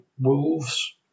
wolves